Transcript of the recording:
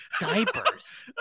diapers